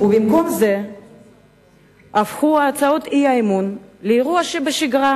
במקום זה הפכו הצעות האי-אמון לאירוע שבשגרה